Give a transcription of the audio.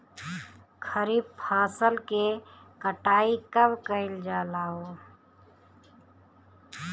खरिफ फासल के कटाई कब कइल जाला हो?